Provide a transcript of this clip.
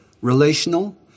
relational